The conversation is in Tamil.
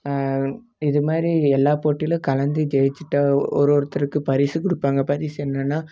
இது மாதிரி எல்லாம் போட்டிலேயும் கலந்து ஜெயித்துட்டா ஒரு ஒருத்தருக்கு பரிசு கொடுப்பாங்க பரிசு என்னென்னால்